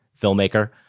filmmaker